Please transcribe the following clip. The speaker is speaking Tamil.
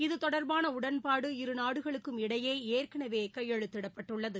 இதுதொடர்பான உடன்பாடு இருநாடுகளுக்கும் இடையே ஏற்கனவே கையெழுத்திடப்பட்டுள்ளது